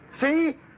See